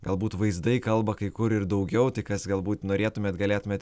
galbūt vaizdai kalba kai kur ir daugiau tai kas galbūt norėtumėt galėtumėt